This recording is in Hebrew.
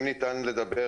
משדרים.